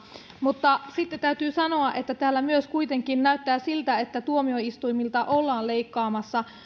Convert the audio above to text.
mutta sitten täytyy sanoa että täällä kuitenkin myös näyttää siltä että tuomioistuimilta ollaan leikkaamassa